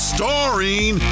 Starring